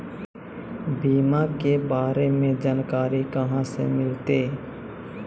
बीमा के बारे में जानकारी कहा से मिलते?